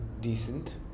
decent